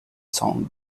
sound